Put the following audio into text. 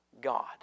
God